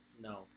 No